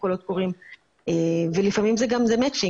הקולות קוראים ולפעמים זה גם מצ'ינג,